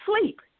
sleep